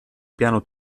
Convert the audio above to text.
piano